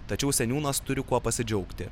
tačiau seniūnas turi kuo pasidžiaugti